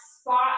spot